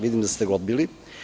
Vidim da ste ga odbili.